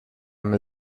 amb